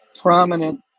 prominent